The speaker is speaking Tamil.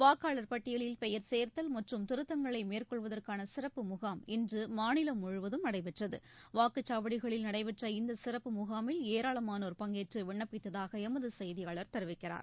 வாக்காளர் பட்டியலில் பெயர் சேர்த்தல் மற்றும் திருத்தங்களைமேற்கொள்வதற்கான சிறப்பு முகாம் இன்றுமாநிலம் முழுவதும் நடைபெற்றது வாக்குச்சாவடிகளில் நடைபெற்ற இந்தசிறப்பு முகாமில் ஏராளமானோர் பங்கேற்றுவிண்ணப்பித்தாகஎமதுசெய்தியாளர் தெரிவிக்கிறார்